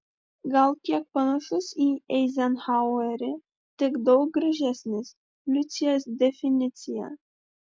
gal kiek panašus į eizenhauerį tik daug gražesnis liucijos definicija